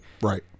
Right